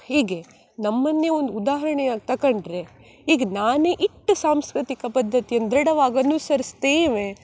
ಹೀಗೆ ನಮ್ಮನ್ನೇ ಒಂದು ಉದಾಹರ್ಣೆಯಾಗಿ ತಕೊಂಡ್ರೆ ಈಗ ನಾನೇ ಎಷ್ಟ್ ಸಾಂಸ್ಕೃತಿಕ ಪದ್ದತಿಯನ್ನು ದೃಢವಾಗಿ ಅನುಸರಿಸ್ತೇವೆ